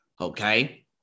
okay